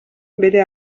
bere